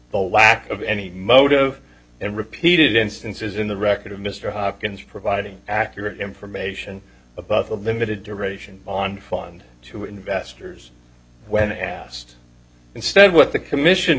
the lack of any motive and repeated instances in the record of mr hopkins providing accurate information about the limited duration on fund to investors when asked instead what the commission